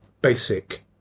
basic